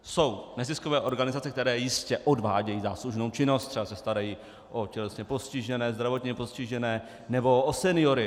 Jsou neziskové organizace, které jistě odvádějí záslužnou činnost, třeba se starají o tělesně postižené, zdravotně postižené nebo o seniory.